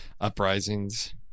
uprisings